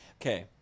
Okay